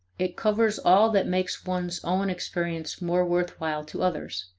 it covers all that makes one's own experience more worth while to others,